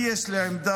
אני, יש לי עמדה